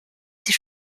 sie